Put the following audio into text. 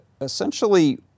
essentially